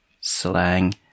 slang